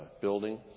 building